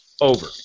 Over